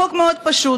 החוק מאוד פשוט.